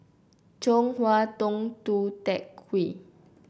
Chong Hua Tong Tou Teck Hwee